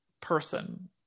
person